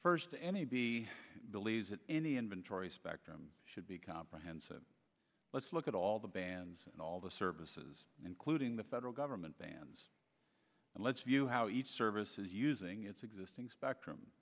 first to any b believes that any inventory spectrum should be comprehensive let's look at all the bands and all the services including the federal government bans and let's view how each service is using its existing spectrum